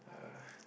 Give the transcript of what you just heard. uh